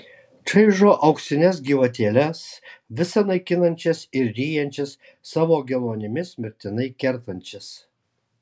čaižo auksines gyvatėles visa naikinančias ir ryjančias savo geluonimis mirtinai kertančias